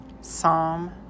Psalm